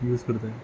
use करता